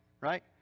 right